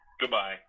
Goodbye